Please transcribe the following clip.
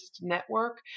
network